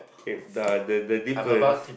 K the the difference